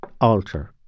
alter